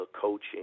coaching